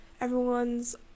everyone's